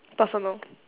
personal